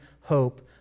hope